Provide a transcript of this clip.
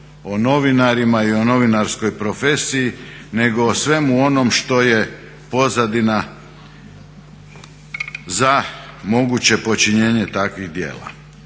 o novinarima i o novinarskoj profesiji, nego o svemu onom što je pozadina za moguće počinjenje takvih djela.